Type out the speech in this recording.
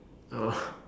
oh